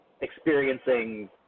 experiencing